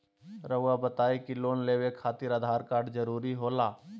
रौआ बताई की लोन लेवे खातिर आधार कार्ड जरूरी होला?